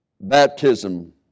baptism